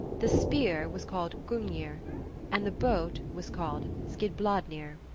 the spear was called gungnir and the boat was called skidbladnir.